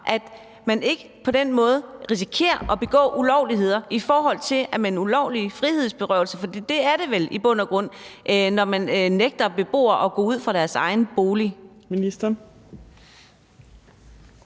at man ikke på den måde risikerer at begå ulovligheder i form af ulovlig frihedsberøvelse? For det er det vel i bund og grund, når man nægter beboere at gå ud af deres egen bolig.